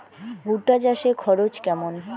ভুট্টা চাষে খরচ কেমন?